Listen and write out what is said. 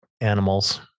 animals